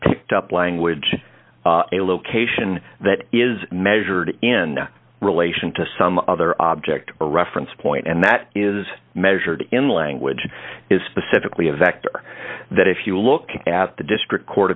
tipped up language a location that is measured in relation to some other object or reference point and that is measured in language is specifically a vector that if you look at the district court